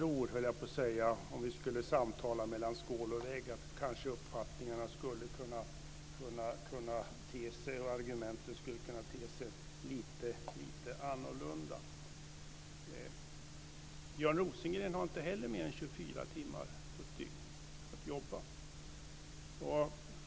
Om vi skulle samtala mellan skål och vägg tror jag kanske att uppfattningarna och argumenten skulle kunna te sig lite annorlunda. Björn Rosengren har inte heller mer än 24 timmar på ett dygn att jobba.